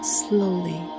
slowly